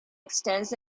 extends